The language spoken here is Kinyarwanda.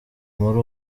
muri